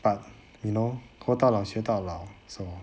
but you know 活到老学到老